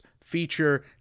Feature